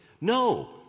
No